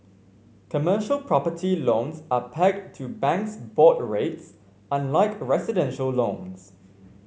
commercial property loans are pegged to banks' board rates unlike residential loans